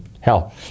hell